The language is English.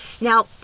Now